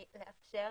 היא לאפשר